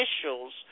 officials